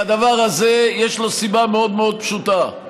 והדבר הזה, יש לו סיבה מאוד מאוד פשוטה,